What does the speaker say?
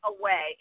away